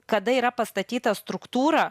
kada yra pastatyta struktūra